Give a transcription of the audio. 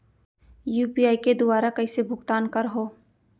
UPI के दुवारा कइसे भुगतान करहों?